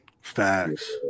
facts